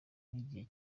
n’igihe